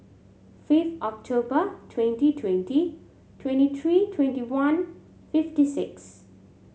fifth October twenty twenty twenty three twenty one fifty six